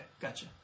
gotcha